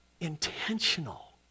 intentional